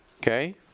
okay